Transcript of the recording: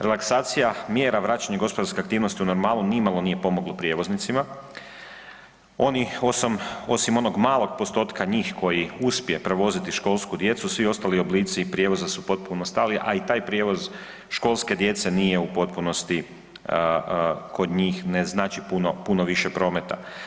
Relaksacija mjera, vraćanje gospodarskih aktivnosti u normalu nimalo nije pomoglo prijevoznicima, oni osim onog malog postotka njih koji uspije prevoziti školsku djecu, svi ostali oblici prijevoza su potpuno stali a i taj prijevoz školske djece nije u potpunosti kod njih, ne znači puno, puno više prometa.